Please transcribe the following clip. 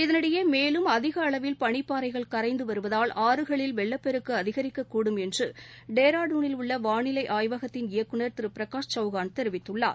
இதனிடையே மேலும் அதிக அளவில் பனிப்பாறைகள் கரைந்து வருவதால் ஆறுகளில் வெள்ளப் பெருக்கு அதிகரிக்கக் கூடும் என்று டேராடூனில் உள்ள வாளிலை ஆய்வகத்தின் இயக்குநர் திரு பிரகாஷ் சௌகான் தெரிவித்துள்ளார்